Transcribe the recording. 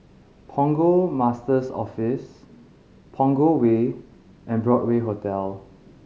Port Master's Office Punggol Way and Broadway Hotel